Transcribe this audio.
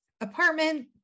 apartment